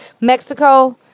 Mexico